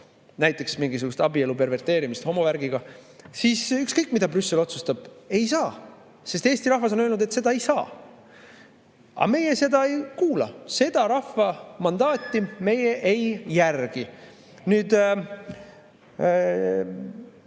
näiteks mingisugust abielu perverteerimist homovärgiga, siis ükskõik, mida Brüssel otsustab – ei saa, sest Eesti rahvas on öelnud, et seda ei saa. Aga meie seda ei kuula, seda rahva mandaati meie ei järgi. Minu